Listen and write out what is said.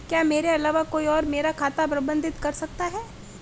क्या मेरे अलावा कोई और मेरा खाता प्रबंधित कर सकता है?